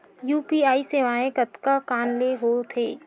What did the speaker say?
UPI सेवाएं कतका कान ले हो थे?